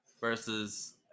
versus